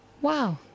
Wow